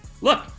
look